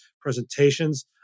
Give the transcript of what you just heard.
presentations